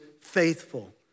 faithful